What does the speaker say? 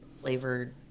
flavored